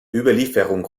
überlieferung